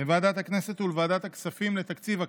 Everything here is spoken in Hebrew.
לוועדת הכנסת ולוועדת הכספים לתקציב הכנסת.